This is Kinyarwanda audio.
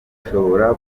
bishobora